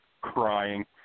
crying